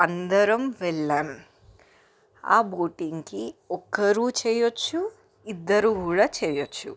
అందరం వెళ్ళాం ఆబోటింగ్కి ఒక్కరూ చేయవచ్చు ఇద్దరు కూడా చేయవచ్చు